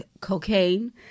Cocaine